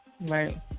Right